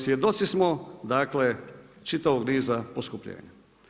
Svjedoci smo dakle čitavog niza poskupljenja.